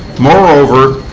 moreover,